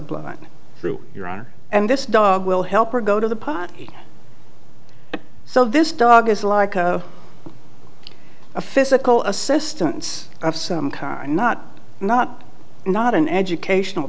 blind through your honor and this dog will help or go to the park so this dog is like a a physical assistance of some kind not not not an educational